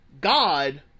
God